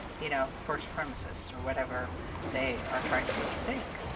you know, for supremacists or whatever they are trying to get you think.